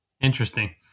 interesting